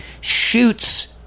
shoots